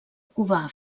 cubà